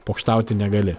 pokštauti negali